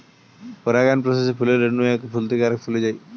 পরাগায়ন প্রসেসে ফুলের রেণু এক ফুল থেকে আরেক ফুলে যায়